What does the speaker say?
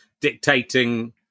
dictating